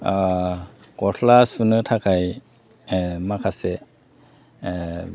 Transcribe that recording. गस्ला सुनो थाखाय माखासे